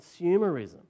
consumerism